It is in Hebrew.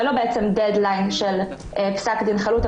שאין לו דד-ליין של פסק דין חלוט,